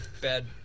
Bad